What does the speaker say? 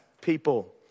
people